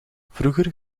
vroeger